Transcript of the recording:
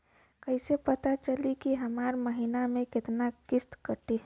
कईसे पता चली की हमार महीना में कितना किस्त कटी?